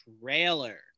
trailer